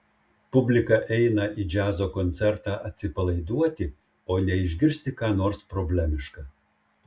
publika eina į džiazo koncertą atsipalaiduoti o ne išgirsti ką nors problemiška